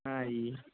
ਹਾਂਜੀ